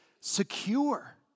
secure